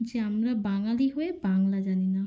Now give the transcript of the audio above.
যে আমরা বাঙালি হয়ে বাংলা জানি না